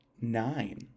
nine